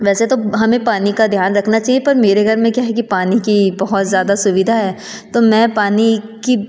वैसे तो हमें पानी का ध्यान रखना चाहिए पर मेरे घर में क्या है कि पानी की बहुत ज़्यादा सुविधा है तो मैं पानी की